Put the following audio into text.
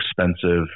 expensive